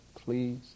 please